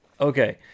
okay